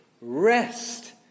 rest